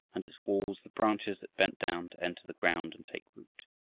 and its walls the branches that bent down to enter the ground and take root.